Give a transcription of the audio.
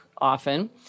often